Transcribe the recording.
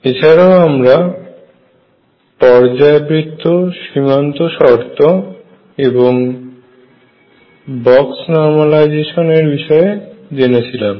এছাড়াও আমরা পর্যায়বৃত্ত সীমান্ত শর্ত এবং বক্স নরমালাইজেশন এর বিষয়ে জেনেছিলাম